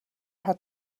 had